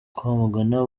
kwamagana